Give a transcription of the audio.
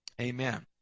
Amen